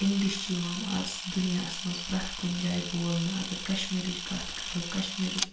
English چھِ یِوان اَز دُنیاہَس منٛز پرٛٮ۪تھ کُنہِ جایہِ بولنہٕ اَگر کَشمیٖرٕچ کَتھ کَرو کَشمیٖرُک